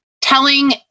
telling